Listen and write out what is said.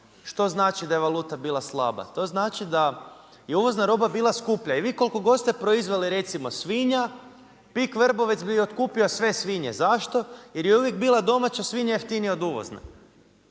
Što znači da je valuta bila slaga? To znači da je uvozna roba bila skuplja i vi koliko god ste proizveli recimo svinja, PIK Vrbovec bi otkupio sve svinje. Zašto? Jer je uvijek bila domaća svinja jeftinija od uvozne.